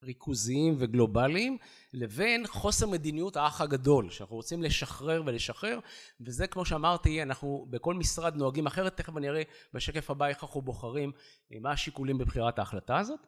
ריכוזיים וגלובליים לבין חוסר מדיניות האח הגדול שאנחנו רוצים לשחרר ולשחרר וזה כמו שאמרתי אנחנו בכל משרד נוהגים אחרת תכף אני אראה בשקף הבא איך אנחנו בוחרים מה השיקולים בבחירת ההחלטה הזאת